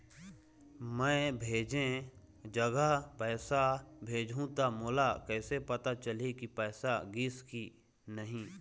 मैं भेजे जगह पैसा भेजहूं त मोला कैसे पता चलही की पैसा गिस कि नहीं?